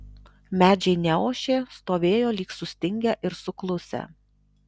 medžiai neošė stovėjo lyg sustingę ir suklusę